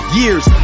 years